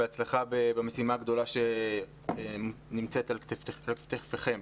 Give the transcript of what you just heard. בהצלחה במשימה הגדולה שמונחת על כתפיכם.